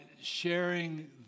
sharing